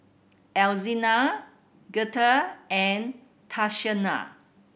Alzina Girtha and Tatiana